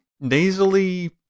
nasally